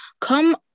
Come